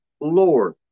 Lord